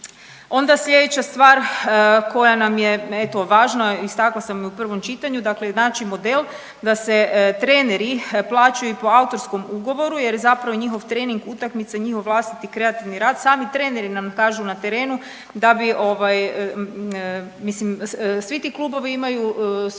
Onda sljedeća stvar koja nam je, eto, važno, istakla sam u prvom čitanju, dakle naći model da se treneri plaćaju i po autorskom ugovoru jer je zapravo njihov trening, utakmica njihov vlastiti kreativni rad, sami treneri nam kažu na terenu da bi ovaj, mislim svi ti klubovi imaju svoje